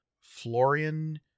Florian